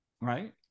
Right